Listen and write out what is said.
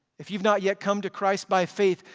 if you've not yet come to christ by faith,